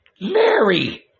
Mary